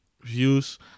views